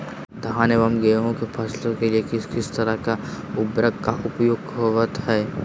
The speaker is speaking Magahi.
धान एवं गेहूं के फसलों के लिए किस किस तरह के उर्वरक का उपयोग होवत है?